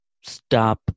stop